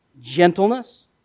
gentleness